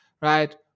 right